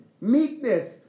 meekness